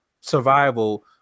survival